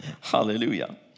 hallelujah